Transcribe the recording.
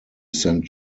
send